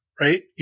right